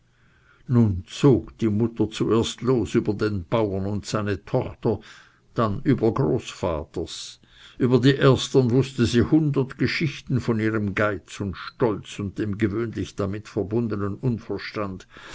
nun zog die mutter los zuerst über den bauern und seine tochter dann über großvaters über die ersten wußte sie hundert geschichten von ihrem geiz und stolz und dem gewöhnlich damit verbundenen unverstand